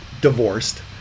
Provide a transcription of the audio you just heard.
divorced